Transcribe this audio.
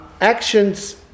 Actions